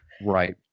right